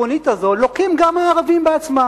בגישה הלא-גזענית אבל פטרונית הזאת לוקים גם הערבים בעצמם.